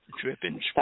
Dripping